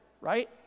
right